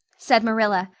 said marilla,